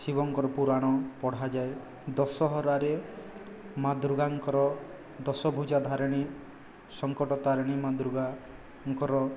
ଶିବଙ୍କର ପୁରାଣ ପଢ଼ାଯାଏ ଦଶହରାରେ ମା ଦୁର୍ଗାଙ୍କର ଦଶ ଭୁଜା ଧାରିଣୀ ସଙ୍କଟ ତାରିଣୀ ମା ଦୁର୍ଗାଙ୍କର